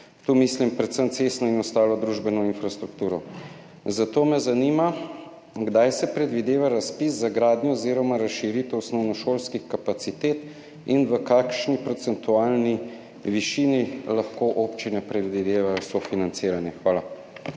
tu mislim predvsem cestno in ostalo družbeno infrastrukturo. Zato me zanima: Kdaj se predvideva razpis za gradnjo oziroma razširitev osnovnošolskih kapacitet in v kakšni procentualni višini lahko občine predvidevajo sofinanciranje? Hvala.